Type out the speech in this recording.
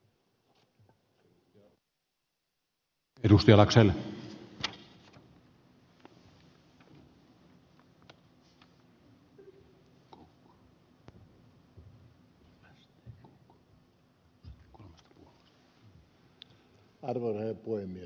arvoisa herra puhemies